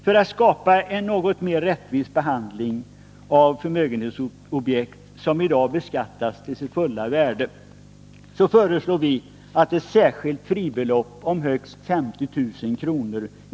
För att skapa en något mer rättvis behandling av förmögenhetsobjekt som i dag beskattas till sitt fulla värde, föreslår vi att ett särskilt fribelopp om högst 50 000 kr.